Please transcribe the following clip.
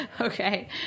Okay